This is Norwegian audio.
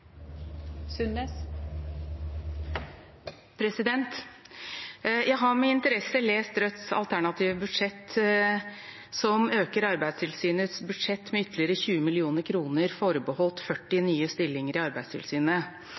Jeg har med interesse lest Rødts alternative budsjett som øker Arbeidstilsynets budsjett med ytterligere 20 mill. kr forbeholdt 40 nye stillinger i Arbeidstilsynet.